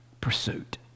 pursuit